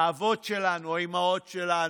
האבות שלנו, האימהות שלנו,